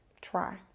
try